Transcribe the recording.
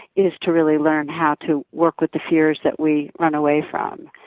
is to really learn how to work with the fears that we run away from.